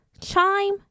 Chime